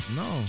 no